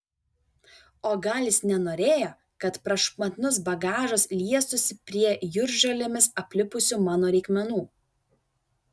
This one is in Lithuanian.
o gal jis nenorėjo kad prašmatnus bagažas liestųsi prie jūržolėmis aplipusių mano reikmenų